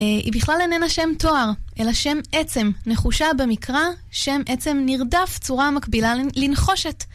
היא בכלל איננה שם תואר, אלא שם עצם, נחושה במקרא שם עצם נרדף צורה מקבילה לנחושת.